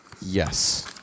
Yes